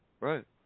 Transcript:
right